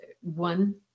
one